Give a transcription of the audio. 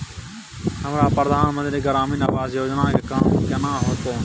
हमरा प्रधानमंत्री ग्रामीण आवास योजना के काम केना होतय?